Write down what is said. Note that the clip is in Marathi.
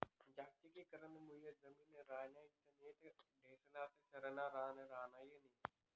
जागतिकीकरण मुये जमिनी रायन्या नैत का ढोरेस्ले चरानं रान रायनं नै